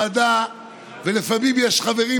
ועל חילול נכסי הווקף המוסלמי,